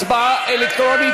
הצבעה אלקטרונית.